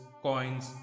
coins